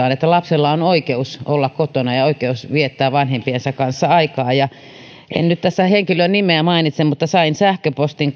aiemmin puheenvuoron että lapsella on oikeus olla kotona ja oikeus viettää vanhempiensa kanssa aikaa en nyt tässä henkilön nimeä mainitse mutta sain sähköpostin